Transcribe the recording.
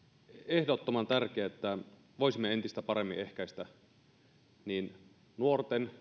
ehdottoman tärkeää että voisimme entistä paremmin ehkäistä niin nuorten